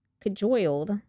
cajoled